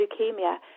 leukemia